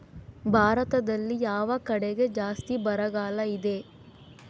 ಭಾರತದಲ್ಲಿ ಯಾವ ಕಡೆ ಜಾಸ್ತಿ ಬರಗಾಲ ಇದೆ?